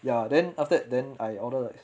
ya then after that then I ordered